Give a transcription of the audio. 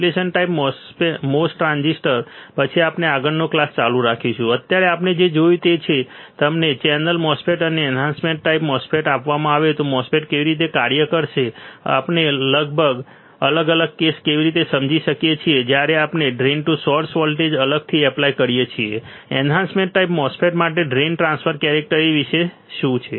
depletion type MOS transistor પછી આપણે આગળનો ક્લાસ ચાલુ રાખીશું અત્યારે આપણે જે જોયું છે તે છે કે જો તમને ચેનલ MOSFET અને એન્હાન્સમેન્ટ ટાઈપ MOSFET આપવામાં આવે તો MOSFET કેવી રીતે કાર્ય કરશે આપણે અલગ અલગ કેસોને કેવી રીતે સમજી શકીએ છીએ જ્યારે આપણે ડ્રેઇન ટુ સોર્સ વોલ્ટેજ અલગથી એપ્લાય કરીએ છીએ એન્હાન્સમેન્ટ ટાઈપ MOSFET માટે ડ્રેઇન ટ્રાન્સફર કેરેક્ટરીસ્ટિક્સ વિશે શું